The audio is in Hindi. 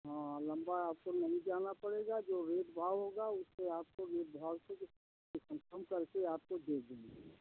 हाँ लंबा आपको नहीं जाना नहीं पड़ेगा जो रेट भाव होगा उससे आपको रेट भाव से कन्फर्म करके आपको दे देंगे